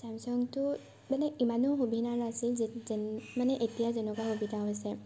চেমচাংটো মানে ইমানো সুবিধা নাছিল যে যেন মানে এতিয়া যেনেকুৱা সুবিধা হৈছে